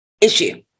issue